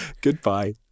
goodbye